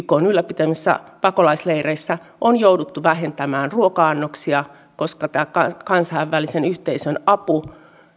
ykn ylläpitämissä pakolaisleireissä on jouduttu vähentämään ruoka annoksia koska tämän kansainvälisen yhteisön apu